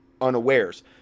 unawares